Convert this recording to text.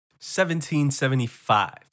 1775